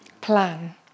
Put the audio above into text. plan